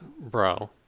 Bro